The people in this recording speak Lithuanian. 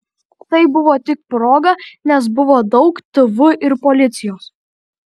tai buvo tik proga nes buvo daug tv ir policijos